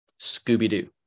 Scooby-Doo